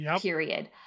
period